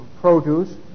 produce